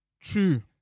True